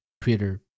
Twitter